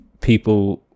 people